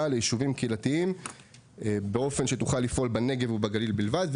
ליישובים קהילתיים באופן שתוכל לפעול בנגב ובגליל בלבד,